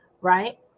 right